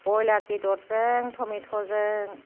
बयलार बेदरजों थमेट'जों